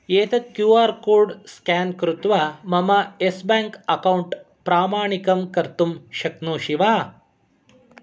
एतत् Q R code scan कृत्वा मम येस् ब्याङ्क् अक्कौण्ट् प्रामाणिकं कर्तुं शक्नोषि वा